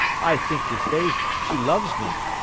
i think, i'faith, she loves me.